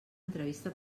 entrevista